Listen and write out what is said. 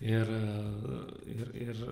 ir ir ir